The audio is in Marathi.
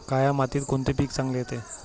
काळ्या मातीत कोणते पीक चांगले येते?